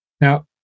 Now